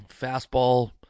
fastball